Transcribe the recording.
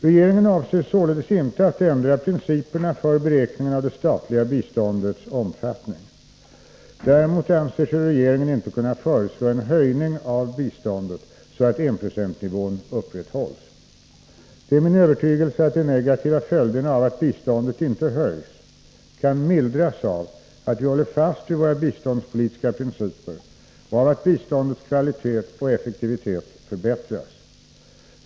Regeringen avser således inte att ändra principerna för beräkningen av det statliga biståndets omfattning. Däremot anser sig regeringen inte kunna föreslå en höjning av biståndet så att enprocentsnivån upprätthålls. Det är min övertygelse att de negativa följderna av att biståndet inte höjs kan mildras av att vi håller fast vid våra biståndspolitiska principer och av att biståndets kvalitet och effektivitet förbättras.